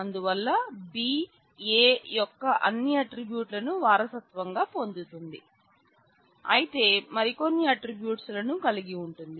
అందువల్ల B A యొక్క అన్ని అట్ట్రిబ్యూట్స్ లను వారసత్వంగా పొందుతుంది అయితే మరికొన్ని అట్ట్రిబ్యూట్స్ లను కలిగి ఉంటుంది